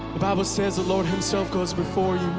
the bible says, the lord himself goes before you,